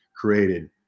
created